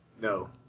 No